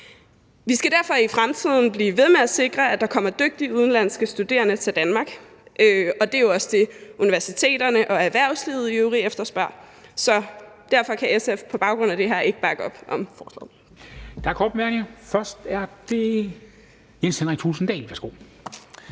Vi skal derfor i fremtiden blive ved med at sikre, at der kommer dygtige udenlandske studerende til Danmark, og det er jo også det, som universiteterne og erhvervslivet i øvrigt efterspørger. Så derfor kan SF på baggrund af det her ikke bakke op om forslaget.